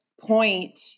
point